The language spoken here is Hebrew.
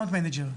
מנהלי משתמשים.